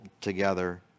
together